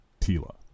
Tila